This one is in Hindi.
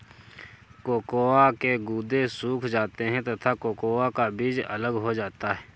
कोकोआ के गुदे सूख जाते हैं तथा कोकोआ का बीज अलग हो जाता है